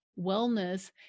wellness